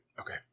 Okay